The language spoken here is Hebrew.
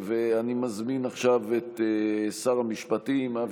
ואני מזמין עכשיו את שר המשפטים חבר הכנסת